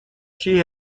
she